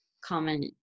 comment